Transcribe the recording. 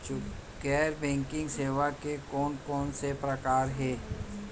गैर बैंकिंग सेवा के कोन कोन से प्रकार हे?